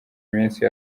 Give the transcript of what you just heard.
iminsi